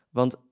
want